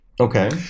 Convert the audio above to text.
Okay